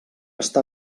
està